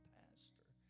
pastor